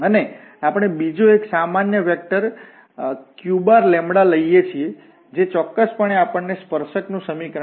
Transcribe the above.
અને આપણે બીજો એક સામાન્ય વેક્ટરqλ લઈએ છીએ જે ચોક્કસપણે આપણને સ્પર્શક નું સમીકરણ આપશે